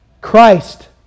Christ